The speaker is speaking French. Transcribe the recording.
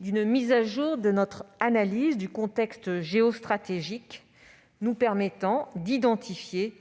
d'une mise à jour de notre analyse du contexte géostratégique nous permettant d'identifier